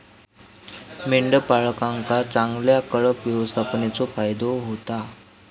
मेंढपाळांका चांगल्या कळप व्यवस्थापनेचो फायदो होता